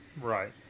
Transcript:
right